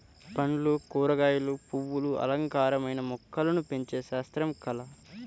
పండ్లు, కూరగాయలు, పువ్వులు అలంకారమైన మొక్కలను పెంచే శాస్త్రం, కళ